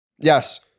Yes